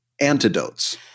antidotes